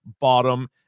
bottom